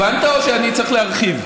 הבנת או שאני צריך להרחיב?